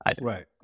Right